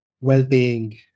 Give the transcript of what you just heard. well-being